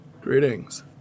Greetings